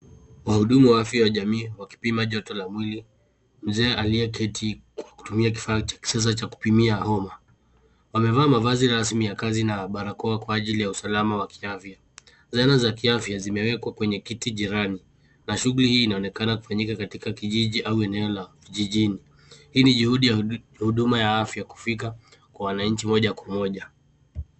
Wahudumu wa afya ya jamii, wakipima joto la mwili, mzee aliyeketi kwa kutumia kifaa cha kisasa cha kupimia homa. Wamevaa mavazi rasmi ya kazi na barakoa kwa ajili ya usalama wa kiafya. Zana za kiafya zimewekwa kwenye kiti jirani, na shughuli hii inaonekana kufanyika katika kijiji au eneo la jijini. Hii ni juhudi ya huduma ya afya kufika kwa wananchi moja kwa moja.